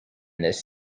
this